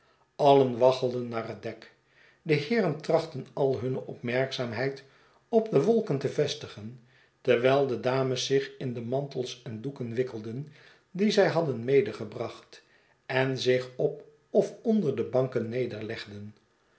allen waggelden naar het dek de heeren trachtten al hunne opmerkzaamheid op de wolken te vestigen terwijl de dames zich in de mantels en doeken wikkelden die zij hadden medegebracht en zich op of onder de banken nederlegden